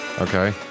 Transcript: Okay